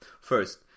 First